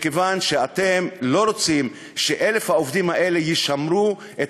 מכיוון שאתם לא רוצים ש-1,000 העובדים האלה ישמרו את